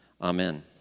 Amen